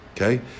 okay